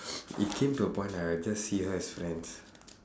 it came to a point like I just see her as friends